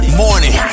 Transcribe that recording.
morning